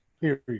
period